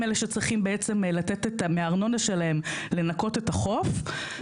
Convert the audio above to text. אלה שצריכים מהארנונה שלהם לנקות את החוף.